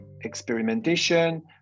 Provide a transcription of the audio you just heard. experimentation